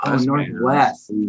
Northwest